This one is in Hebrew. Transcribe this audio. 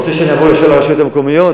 אתה רוצה שאני אעבור ישר לרשויות המקומיות?